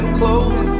close